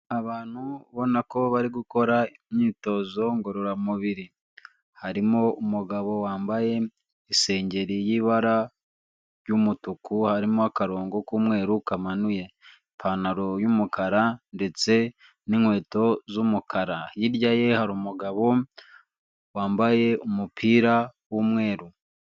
Abantu ubona ko bari gukora imyitozo ngororamubiri, harimo umugabo wambaye isengeri y'ibara ry'umutuku harimo akarongo k'umweru kamanuye, ipantaro y'umukara ndetse n'inkweto z'umukara, hirya ye hari umugabo wambaye umupira w'umweru.